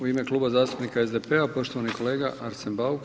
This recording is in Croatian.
U ime Kluba zastupnika SDP-a poštovani kolega Arsen Bauk.